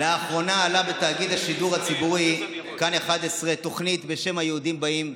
לאחרונה עלתה בתאגיד השידור הציבורי כאן 11 תוכנית בשם "היהודים באים",